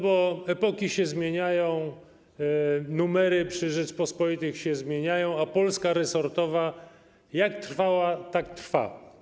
Bo epoki się zmieniają, numery przy Rzeczachpospolitych się zmieniają, a Polska resortowa jak trwała, tak trwa.